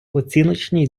оціночні